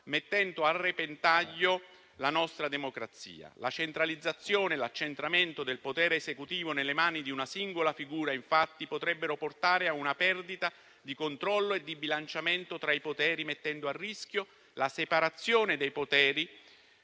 mettendo a repentaglio la nostra democrazia. La centralizzazione e l'accentramento del potere esecutivo nelle mani di una singola figura, infatti, potrebbero portare a una perdita di controllo e di bilanciamento tra i poteri, mettendo a rischio la separazione dei poteri